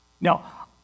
Now